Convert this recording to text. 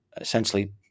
essentially